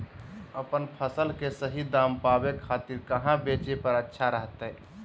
अपन फसल के सही दाम पावे खातिर कहां बेचे पर अच्छा रहतय?